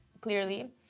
clearly